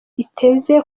iteze